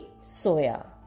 soya